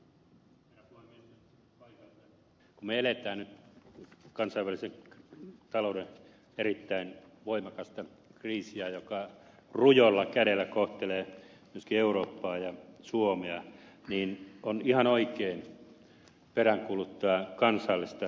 kun me eletään nyt kansainvälisen talouden erittäin voimakasta kriisiä joka rujolla kädellä kohtelee myöskin eurooppaa ja suomea niin on ihan oikein peräänkuuluttaa kansallista vastuuntuntoa